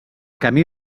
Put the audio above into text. camí